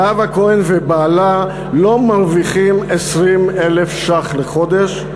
זהבה כהן ובעלה לא מרוויחים 20,000 ש"ח לחודש,